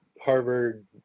Harvard